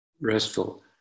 restful